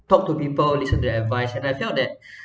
talk to people listen to advice and I felt that